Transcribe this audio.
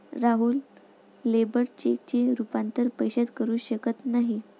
Rahul labour चेकचे रूपांतर पैशात करू शकत नाही